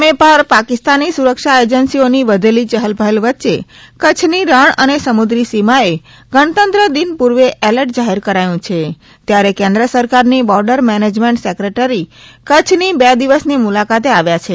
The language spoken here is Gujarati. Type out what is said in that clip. એલર્ટ જાહેર કચ્છની સામે પાર પાકિસ્તાની સુરક્ષા એજન્સીઓની વધેલી ચહલપહલ વચ્ચે કચ્છની રણ અને સમુદ્રી સીમાએ ગણતંત્રદિન પૂર્વે એલર્ટ જાહેર કરાયું છે તયારે કેન્દ્ર સરકારની બોર્ડર મેનેજમેન્ટ સેક્રેટરી કચ્છની બે દિવસની મુલાકાતે આવયા છે